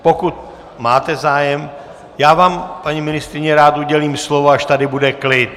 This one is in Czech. Pokud máte zájem, já vám, paní ministryně, rád udělím slovo, až tady bude klid.